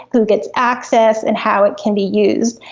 who gets access and how it can be used?